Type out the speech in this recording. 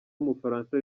w’umufaransa